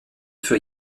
für